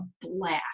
blast